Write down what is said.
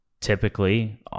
typically